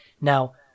Now